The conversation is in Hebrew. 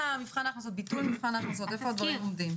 ביטול מבחן ההכנסות, איפה הדברים עומדים.